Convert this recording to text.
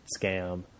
scam